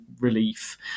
relief